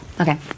Okay